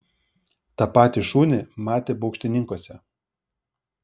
tą patį šunį matė baukštininkuose